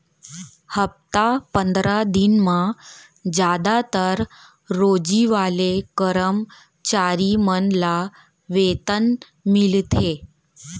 हप्ता पंदरा दिन म जादातर रोजी वाले करम चारी मन ल वेतन मिलथे